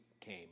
came